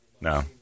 No